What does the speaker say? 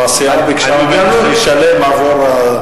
או הסיעה ביקשה ממנו שישלם עבור,